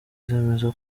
zemeza